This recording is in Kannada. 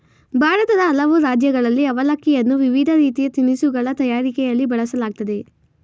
ಭಾರತದ ಹಲವು ರಾಜ್ಯಗಳಲ್ಲಿ ಅವಲಕ್ಕಿಯನ್ನು ವಿವಿಧ ರೀತಿಯ ತಿನಿಸುಗಳ ತಯಾರಿಕೆಯಲ್ಲಿ ಬಳಸಲಾಗ್ತದೆ